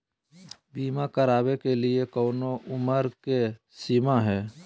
बीमा करावे के लिए कोनो उमर के सीमा है?